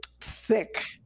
thick